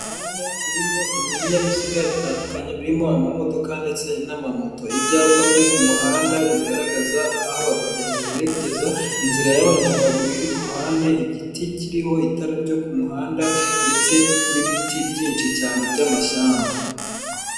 Imihanda irimo ibinyabiziga bitandukanye birimo amamodoka ndetse n'amamoto, ibyapa byo ku muhanda bigaragaza aho abagenzi berekeza, inzira y'abanyamaguru iri ku ruhande, igiti kiriho itara ryo ku muhanda ndetse n'ibiti byinshi cyane by'amashyamba.